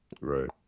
Right